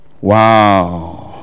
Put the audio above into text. Wow